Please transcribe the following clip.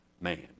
man